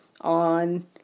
on